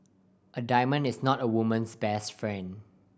a diamond is not a woman's best friend